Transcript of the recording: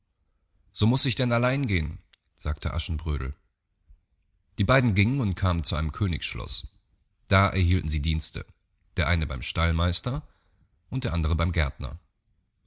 so muß ich denn allein gehen sagte aschenbrödel die beiden gingen und kamen zu einem königsschloß da erhielten sie dienste der eine beim stallmeister und der andre beim gärtner